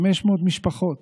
500 משפחות